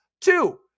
two